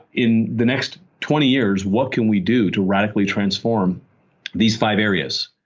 in the next twenty years what can we do to radically transform these five areas?